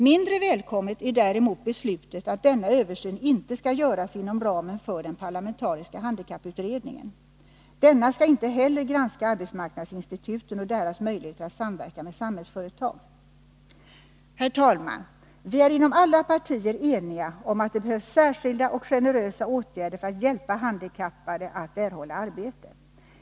Mindre välkommet är däremot beslutet att denna översyn inte skall göras inom ramen för den parlamentariska handikapputredningen. Denna skall inte heller granska arbetsmarknadsinstituten och deras möjligheter att samverka med Samhällsföretag. Herr talman! Vi är inom alla partier eniga om att det behövs särskilda och generösa åtgärder för att hjälpa handikappade att erhålla arbete.